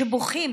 שבוכים